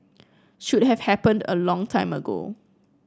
should have happened a long time ago